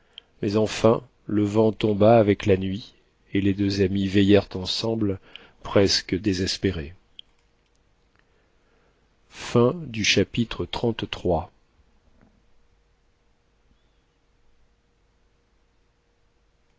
mais enfin le vent tomba avec la nuit et les deux amis veillèrent ensemble presque désespérés chapitre